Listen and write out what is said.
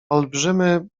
olbrzymy